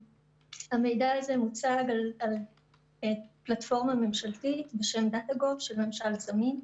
המידע הזה מוצג על פלטפורמה ממשלתית בשם data.gov של ממשל זמין.